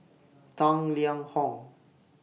Tang Liang Hong